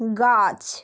গাছ